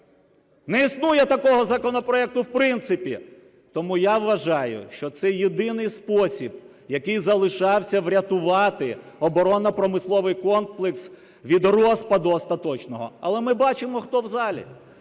Не існує такого законопроекту в принципі. Тому я вважаю, що це єдиний спосіб, який залишався, врятувати оборонно-промисловий комплекс від розпаду остаточного. Але ми бачимо, хто в залі.